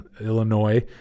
Illinois